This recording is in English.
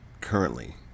currently